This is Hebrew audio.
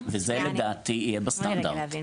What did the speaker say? וזה, לדעתי, יהיה בסטנדרט.